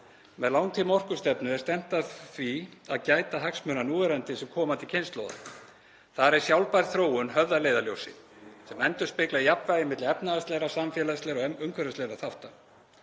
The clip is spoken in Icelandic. Með langtímaorkustefnu er stefnt að því að gæta hagsmuna núverandi sem komandi kynslóða. Þar er sjálfbær þróun höfð að leiðarljósi, sem endurspeglar jafnvægi milli efnahagslegra, samfélagslegra og umhverfislegra þátta.